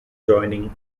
joining